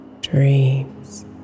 dreams